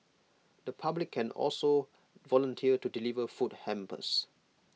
the public can also volunteer to deliver food hampers